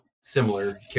similar